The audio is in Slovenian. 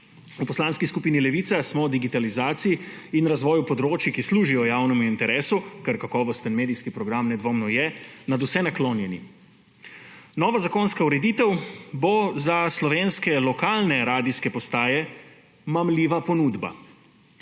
V Poslanski skupini Levica smo o digitalizaciji in razvoju področij, ki služijo javnemu interesu, kar kakovosten medijski program nedvomno je, nadvse naklonjeni. Nova zakonska ureditev bo za slovenske lokalne radijske postaje mamljiva ponudba.